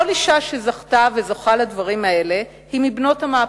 כל אשה שזכתה וזוכה לדברים אלה היא מבנות המהפכה.